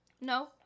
No